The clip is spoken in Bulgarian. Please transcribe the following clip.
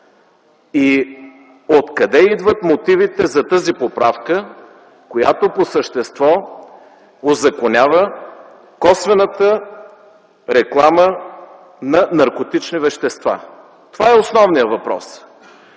И откъде идват мотивите за тази поправка, която по същество узаконява косвената реклама на наркотични вещества? Това е основният въпрос.